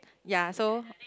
yea so